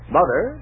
Mother